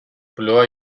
bloğa